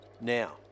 Now